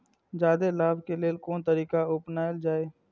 जादे लाभ के लेल कोन तरीका अपनायल जाय?